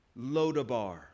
Lodabar